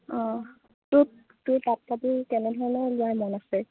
অঁ তোৰ তোৰ পাট কাপোৰ কেনে ধৰণৰ লোৱাৰ মন আছে